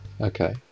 okay